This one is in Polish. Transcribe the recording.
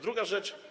Druga rzecz.